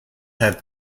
have